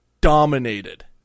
dominated